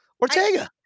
Ortega